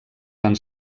van